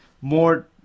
more